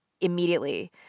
immediately